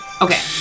Okay